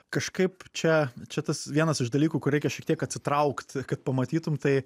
kažkaip čia čia tas vienas iš dalykų kur reikia šiek tiek atsitraukt kad pamatytum tai